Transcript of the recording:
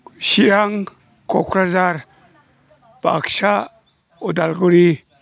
Chirang Kokrajhar Baksa Udalguri